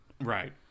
Right